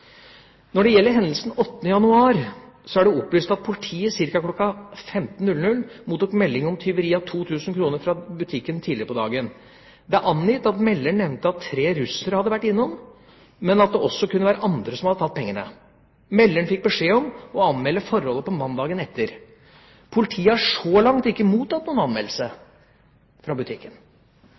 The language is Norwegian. Når det gjelder hendelsen 8. januar, er det opplyst at politiet ca. kl. 15.00 mottok melding om tyveri av 2 000 kr fra butikken tidligere på dagen. Det er angitt at melderen nevnte at tre russere hadde vært innom, men at det også kunne være andre som hadde tatt pengene. Melderen fikk beskjed om å anmelde forholdet på mandagen etter. Politiet har så langt ikke mottatt noen anmeldelse fra butikken.